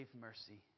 mercy